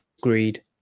greed